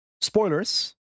spoilers